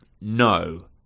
no